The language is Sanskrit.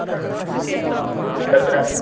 हा तत्र